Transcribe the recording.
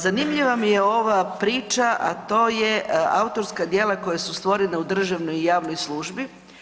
Zanimljiva mi je ova priča a to je autorska djela koja su stvorena u državnoj i javnoj službi.